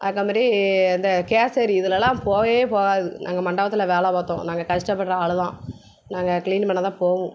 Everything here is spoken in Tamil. அதுகமாதிரி அந்த கேசரி இதுலல்லாம் போகவே போகாது நாங்கள் மண்டபத்தில் வேலை பார்த்தோம் நாங்கள் கஷ்டப்படுற ஆள் தான் நாங்கள் க்ளீன் பண்ண தான் போவோம்